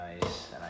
nice